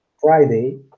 Friday